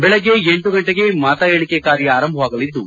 ಬೆಳಗ್ಗೆ ಲಗಂಟೆಗೆ ಮತ ಎಣಿಕೆ ಕಾರ್ಯ ಆರಂಭವಾಗಲಿದ್ದು